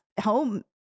home